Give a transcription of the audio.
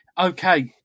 Okay